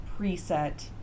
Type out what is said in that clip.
preset